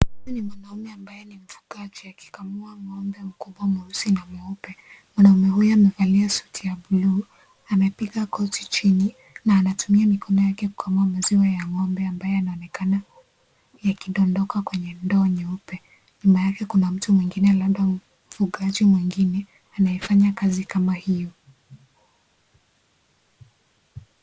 Huyu ni mwanaume ambaye ni mfugaji akikamua ng'ombe mkubwa mweusi na mweupe. Mwanaume huyu amevalia suti ya buluu, amepiga goti chini na anatumia mikono yake kukamua maziwa ya ng'ombe ambayo yanaonekana yakidondoka kwenye ndoo nyeupe. Nyuma yake kuna mtu mwingine labda mfugaji mwingine anayefanya kazi kama hiyo.